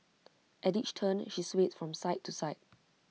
at each turn she swayed from side to side